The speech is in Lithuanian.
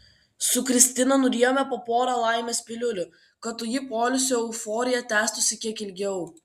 su kristina nurijome po porą laimės piliulių kad toji poilsio euforija tęstųsi kiek ilgiau